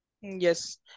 Yes